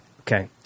okay